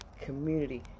community